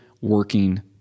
working